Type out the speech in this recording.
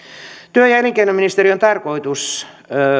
työ ja elinkeinoministeriön tarkoitus